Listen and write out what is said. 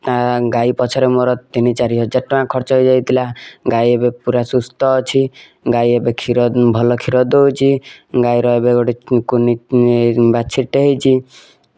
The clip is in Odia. ଗାଈ ପଛରେ ମୋର ତିନି ଚାରି ହଜାର ଟଙ୍କା ଖର୍ଚ୍ଚ ହେଇଯାଇଥିଲା ଗାଈ ଏବେ ପୁରା ସୁସ୍ଥ ଅଛି ଗାଈ ଏବେ କ୍ଷୀର ଭଲ କ୍ଷୀର ଦେଉଛି ଗାଈର ଏବେ ଗୋଟେ କୁନି ବାଛୁରୀଟେ ହେଇଛି